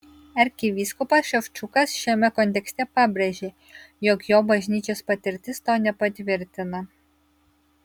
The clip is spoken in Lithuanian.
arkivyskupas ševčukas šiame kontekste pabrėžė jog jo bažnyčios patirtis to nepatvirtina